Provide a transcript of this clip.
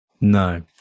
No